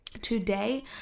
Today